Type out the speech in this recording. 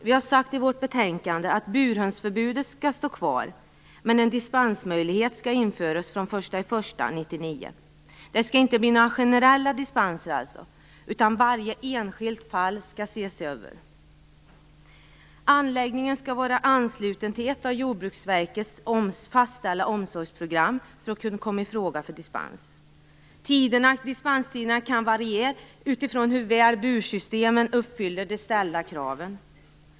Utskottet framhåller i betänkandet att burhönsförbudet skall stå kvar, men en dispensmöjlighet skall införas den 1 januari 1999. Det skall inte bli några generella dispenser, utan varje enskilt fall skall ses över. Anläggningen skall vara ansluten till ett av Jordbruksverket fastställda omsorgsprogram för att kunna komma i fråga för dispens. Dispenstiderna kan variera med utgångspunkt i hur väl bursystemen uppfyller de ställda kraven.